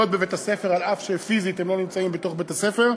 בבית-הספר אף שפיזית הם לא נמצאים בתוך בית-הספר.